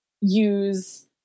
use